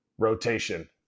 rotation